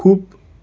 खूप